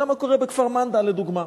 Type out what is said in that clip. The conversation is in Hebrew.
אתה יודע מה קורה בכפר-מנדא, לדוגמה?